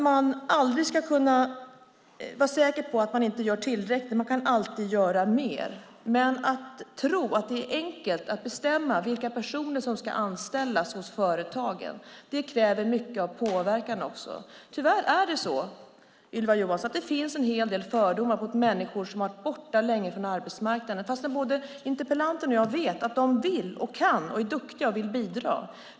Man kan alltid göra mer, men ingen ska tro att det är enkelt att bestämma vilka personer som ska anställas hos företagen. Det krävs mycket påverkan. Tyvärr finns det en hel del fördomar mot människor som har varit borta länge från arbetsmarknaden - även om både interpellanten och jag vet att de vill, kan, är duktiga och vill bidra.